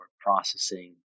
processing